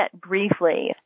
briefly